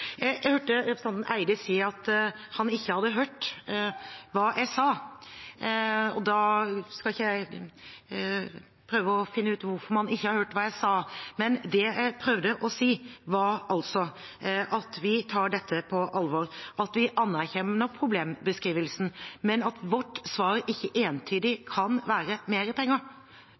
Jeg hørte representanten Eide si at han ikke hadde hørt hva jeg sa. Jeg skal ikke prøve å finne ut hvorfor man ikke har hørt hva jeg sa, men det jeg prøvde å si, var altså at vi tar dette på alvor, at vi anerkjenner problembeskrivelsen, men at vårt svar ikke entydig kan være mer penger.